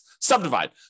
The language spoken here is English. Subdivide